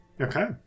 okay